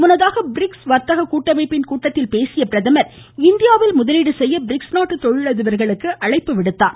முன்னதாக பிரிக்ஸ் வர்த்தக கூட்டமைப்பின் கூட்டத்தில் பேசிய பிரதமர் இந்தியாவில் முதலீடு செய்ய பிரிக்ஸ் நாட்டு தொழிலதிபர்களுக்கு அழைப்பு விடுத்தார்